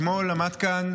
אתמול עמד כאן